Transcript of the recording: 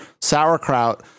sauerkraut